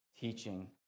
teaching